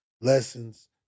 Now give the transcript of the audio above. lessons